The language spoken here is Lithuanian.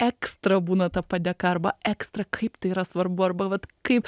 ekstra būna ta padėka arba ekstra kaip tai yra svarbu arba vat kaip